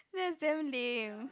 that's damn lame